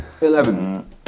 Eleven